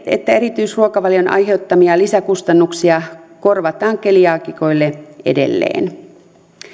että erityisruokavalion aiheuttamia lisäkustannuksia korvataan keliaakikoille edelleen